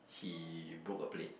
he broke a plate